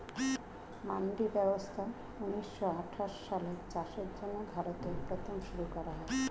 মান্ডি ব্যবস্থা ঊন্নিশো আঠাশ সালে চাষের জন্য ভারতে প্রথম শুরু করা হয়